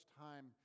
time